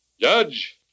Judge